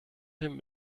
him